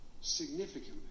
significantly